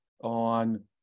on